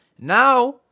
Now